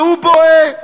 והוא בוהה.